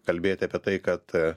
kalbėti apie tai kad